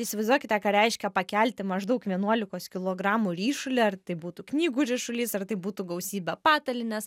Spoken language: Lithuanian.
įsivaizduokite ką reiškia pakelti maždaug vienuolikos kilogramų ryšulį ar tai būtų knygų ryšulys ar tai būtų gausybė patalynės